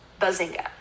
bazinga